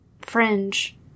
fringe